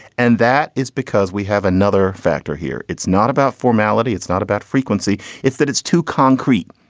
and that is because we have another factor here. it's not about formality. it's not about frequency. it's that it's too concrete.